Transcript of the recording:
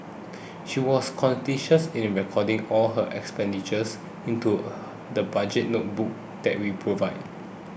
she was conscientious in recording all her expenditures into the budget notebook that we provided